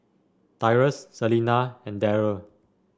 Tyrus Selena and Darell